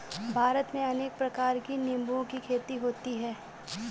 भारत में अनेक प्रकार के निंबुओं की खेती होती है